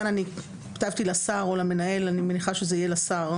המבחן." כאן אני כתבתי "לשר/למנהל" אני מניחה שזה יהיה לשר,